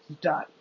Done